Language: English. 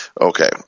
Okay